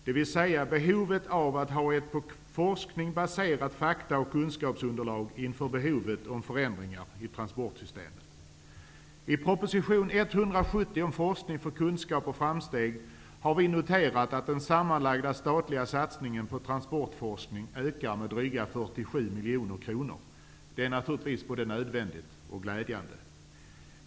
Man måste ha ett på forskning baserat fakta och kunskapsunderlag inför behovet av förändringar i transportsystemet. I proposition 170 om forskning för kunskap och framsteg har vi noterat att den sammanlagda statliga satsningen på transportforskning ökar med drygt 47 miljoner kronor. Det är både nödvändigt och glädjande.